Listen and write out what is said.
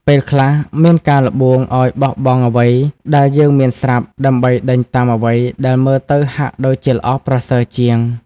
ពេលខ្លះមានការល្បួងឲ្យបោះបង់អ្វីដែលយើងមានស្រាប់ ដើម្បីដេញតាមអ្វីដែលមើលទៅហាក់ដូចជាល្អប្រសើរជាង។